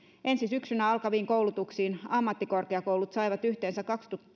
ensi syksynä alkaviin koulutuksiin ammattikorkeakoulut saivat yhteensä